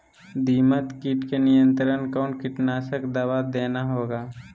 दीमक किट के नियंत्रण कौन कीटनाशक दवा देना होगा?